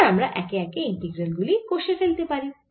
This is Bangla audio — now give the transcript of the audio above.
এবার আমরা একে একে ইন্টিগ্রাল গুলি কষে ফেলতে পারি